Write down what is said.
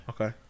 Okay